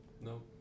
No